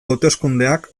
hauteskundeak